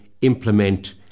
implement